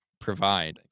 provide